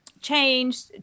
changed